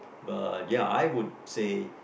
but ya I would say